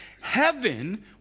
heaven